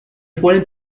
problème